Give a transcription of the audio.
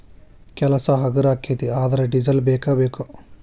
ಕೆಲಸಾ ಹಗರ ಅಕ್ಕತಿ ಆದರ ಡಿಸೆಲ್ ಬೇಕ ಬೇಕು